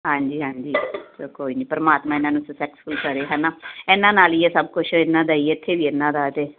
ਹਾਂਜੀ ਹਾਂਜੀ ਚਲੋ ਕੋਈ ਨਹੀਂ ਪਰਮਾਤਮਾ ਇਹਨਾਂ ਨੂੰ ਸਕਸੈੱਸਫੁੱਲ ਕਰੇ ਹੈ ਨਾ ਇਹਨਾਂ ਨਾਲ਼ ਹੀ ਆ ਸਭ ਕੁਛ ਇਹਨਾਂ ਦਾ ਹੀ ਆ ਇੱਥੇ ਵੀ ਇਹਨਾਂ ਦਾ ਅਤੇ